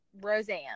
Roseanne